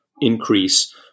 increase